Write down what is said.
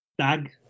tag